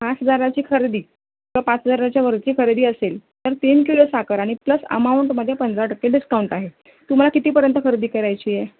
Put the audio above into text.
पाच हजाराची खरेदी किंवा पाच हजाराच्या वरची खरेदी असेल तर तीन किलो साखर आणि प्लस अमाऊंटमध्ये पंधरा टक्के डिस्काउंट आहे तुम्हाला कितीर्यंत खरेदी करायची आहे